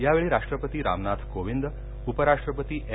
यावेळी राष्ट्रपती रामनाथ कोविंद उपराष्ट्रपती एम